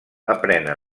aprenen